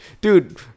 Dude